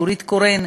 נורית קורן,